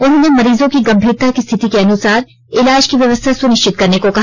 उन्होंने मरीजों की गंभीरता की स्थिति के अनुसार ईलाज की व्यवस्था सुनिश्चित करने को कहा